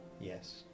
Yes